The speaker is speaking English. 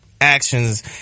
actions